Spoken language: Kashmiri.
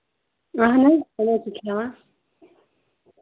اَہَن حظ بہٕ حظ چھَس ہٮ۪وان